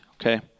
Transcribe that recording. okay